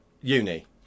uni